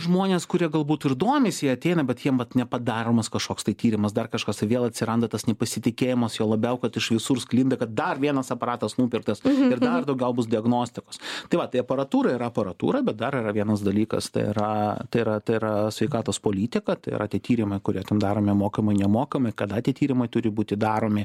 žmonės kurie galbūt ir domisi ateina bet jiem vat nepadaromas kažkoks tai tyrimas dar kažkas tai vėl atsiranda tas nepasitikėjimas juo labiau kad iš visur sklinda kad dar vienas aparatas nupirktas ir dar daugiau bus diagnostikos tai va tai aparatūra yra aparatūra bet dar yra vienas dalykas tai yra tai yra tai yra sveikatos politika tai yra tie tyrimai kurie ten daromi mokamai nemokami kada tie tyrimai turi būti daromi